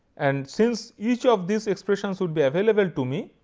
and since each of these expressions would be available to me,